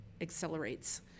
accelerates